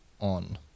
on